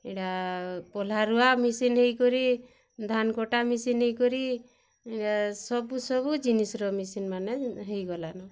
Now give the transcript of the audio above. ଏଇଟା ପହ୍ଲାରୁଆ ମେସିନ୍ ହେଇକରି ଧାନ୍କଟା ମେସିନ୍ ହେଇକରି ସବୁ ସବୁ ଜିନିଷ୍ର ମେସିନ୍ମାନେ ହେଇଗଲାନି